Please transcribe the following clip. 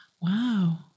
Wow